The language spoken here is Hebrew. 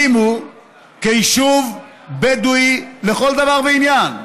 כיישוב בדואי לכל דבר ועניין.